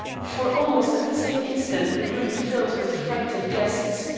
for almost at the same instant the room filled with frightened guests,